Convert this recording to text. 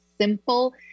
simple